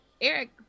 Eric